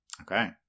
okay